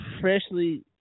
freshly